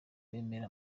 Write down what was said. bamena